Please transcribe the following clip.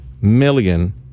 million